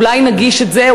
אולי נגיש את זה,